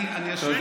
אני אשיב.